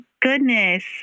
goodness